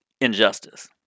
injustice